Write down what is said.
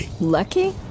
Lucky